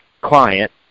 client